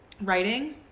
writing